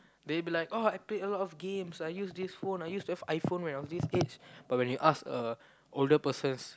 they be like oh I played a lot of games I used this phone I use that ph~ iPhone when I was this age but when you ask a older persons